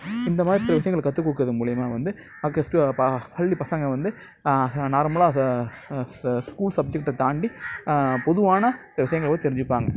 இந்த மாதிரி சில விஷயங்கள கற்றுக் கொடுக்கறது மூலயுமா வந்து பா பள்ளி பசங்கள் வந்து நார்மலாக ச ச ஸ்கூல் சப்ஜெக்ட்டை தாண்டி பொதுவான சில விஷயங்கள் வந்து தெரிஞ்சுப்பாங்க